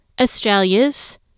Australia's